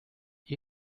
die